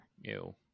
Ew